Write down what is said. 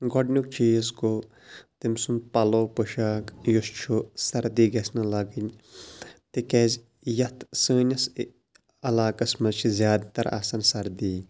گۄڈٕنیُک چیٖز گوٚو تٔمۍ سُنٛد پَلَو پوشاک یُس چھُ سردی گژھِ نہٕ لَگٕنۍ تِکیٛازِ یَتھ سٲنِس اِ علاقَس منٛز چھِ زیادٕ تَر آسان سردی